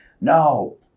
No